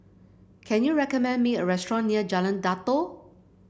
can you recommend me a restaurant near Jalan Datoh